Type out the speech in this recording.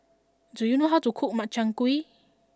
do you know how to cook Makchang Gui